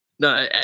No